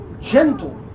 gentle